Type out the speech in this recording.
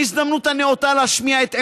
ההזדמנות הנאותה להשמיע את עמדתם,